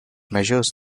measures